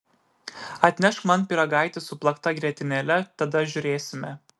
atnešk man pyragaitį su plakta grietinėle tada žiūrėsime